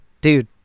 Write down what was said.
dude